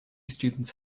students